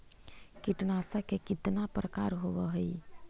कीटनाशक के कितना प्रकार होव हइ?